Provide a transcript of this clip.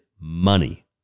money